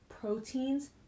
proteins